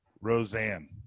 roseanne